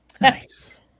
nice